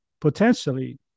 potentially